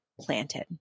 planted